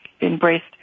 embraced